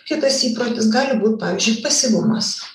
kitas įprotis gali būt pavyzdžiui pasyvumas